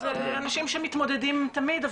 זה אנשים שמתמודדים תמיד,